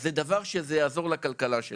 אז זה דבר שזה יעזור לכלכלה שלנו.